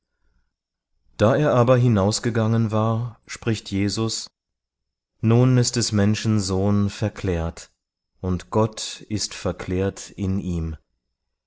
da er aber hinausgegangen war spricht jesus nun ist des menschen sohn verklärt und gott ist verklärt in ihm